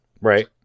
Right